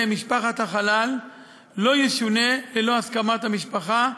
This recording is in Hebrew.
משפחת החלל לא ישונה ללא הסכמת המשפחה,